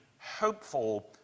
hopeful